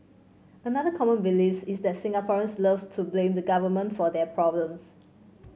another common beliefs is that Singaporeans loves to blame the Government for their problems